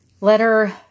Letter